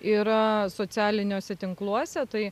ir socialiniuose tinkluose tai